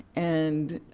and